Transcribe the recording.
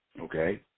okay